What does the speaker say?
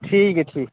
ठीक ऐ ठीक